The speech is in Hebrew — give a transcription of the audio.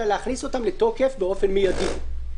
אלא להכניס אותן לתוקף באופן מיידי.